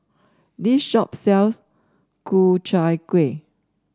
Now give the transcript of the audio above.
this shop sells Ku Chai Kuih